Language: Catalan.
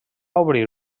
obrir